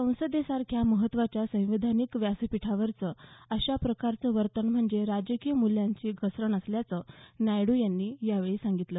संसदेसारख्या महत्वाच्या संवैधानिक व्यासपीठावरचं अशाप्रकारचं वर्तन म्हणजेच राजकीय मूल्यांची घसरण असल्याचं नायडू यांनी यावेळी सांगितलं